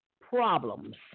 Problems